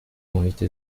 محیط